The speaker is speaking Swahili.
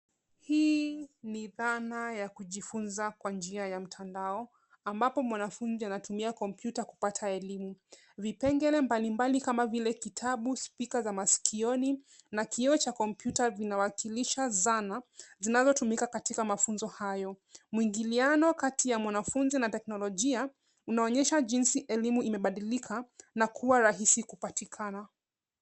Hii ni dhana ya kujifunza kwa njia ya mtandao ambapo mwanafunzi anatumia kompyuta kupata elimu. Vipengele mbalimbali kama vile kitabu, spika za masikioni na kioo cha kompyuta vinawakilisha zana zinazotumika katika mafunzo hayo. Mwingiliano kati ya mwanafunzi na teknolojia unaonyesha jinsi elimu imebadilika na kuwa rahisi kupatikana.